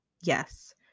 yes